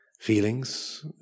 feelings